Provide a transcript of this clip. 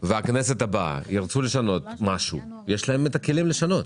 והכנסת הבאה ירצו לשנות משהו יהיו הכלים לשנות.